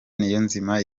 niyonzima